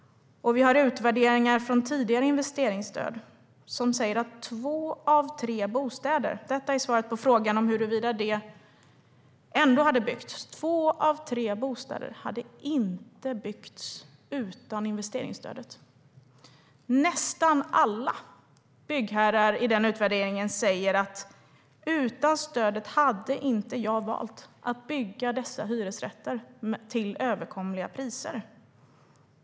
Vi har utvärderingar från tidigare investeringsstöd. De säger att två av tre bostäder - detta är svaret på frågan om huruvida det ändå hade byggts - inte hade byggts utan investeringsstödet. Nästan alla byggherrar i utvärderingen säger: Utan stödet hade inte jag valt att bygga dessa hyresrätter till överkomliga priser.